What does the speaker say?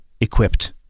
equipped